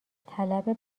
طلب